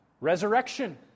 Resurrection